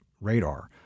radar